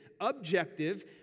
objective